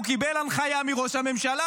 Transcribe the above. הוא קיבל הנחיה מראש הממשלה.